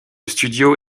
studio